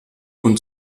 und